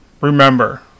Remember